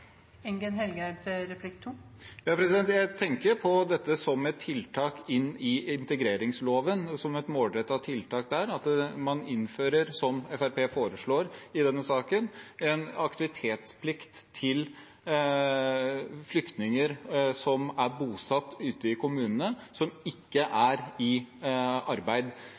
Jeg tenker på dette som et tiltak inn i integreringsloven, som et målrettet tiltak der, at man innfører – som Fremskrittspartiet foreslår i denne saken – en aktivitetsplikt for flyktninger som er bosatt ute i kommunene og ikke er i arbeid.